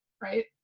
Right